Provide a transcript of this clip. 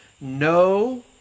no